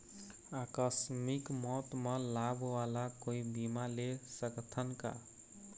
आकस मिक मौत म लाभ वाला कोई बीमा ले सकथन का?